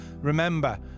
Remember